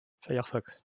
firefox